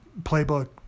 Playbook